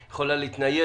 היא יכולה להתנייד,